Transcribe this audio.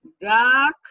dark